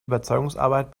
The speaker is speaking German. überzeugungsarbeit